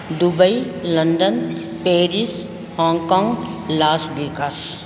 Dubai London Paris Hong Kong Las Vegas